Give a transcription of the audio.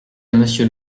monsieur